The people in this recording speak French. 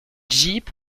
jeep